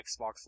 Xbox